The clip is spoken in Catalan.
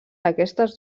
aquestes